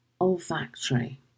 olfactory